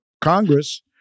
Congress